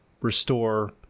restore